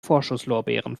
vorschusslorbeeren